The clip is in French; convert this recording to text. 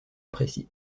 précis